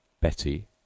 Betty